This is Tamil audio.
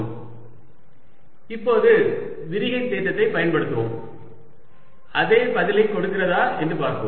ds 2L32L3 3L3L3 இப்போது விரிகை தேற்றத்தைப் பயன்படுத்துவோம் அதே பதிலைக் கொடுக்கிறதா என்று பார்ப்போம்